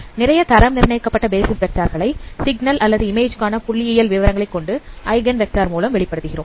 நிறைய தரம் நிர்ணயிக்கப்பட்ட பேசிஸ் வெக்டார் களை சிக்னல் அல்லது இமேஜ் கான புள்ளியியல் விவரங்களைக் கொண்டு ஐகன் வெக்டார் மூலம் வெளிப்படுத்துகிறோம்